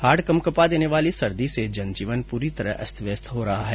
हाड कपकपा देने वाली सर्दी से जनजीवन पूरी तरह अस्तव्यस्त हो रहा है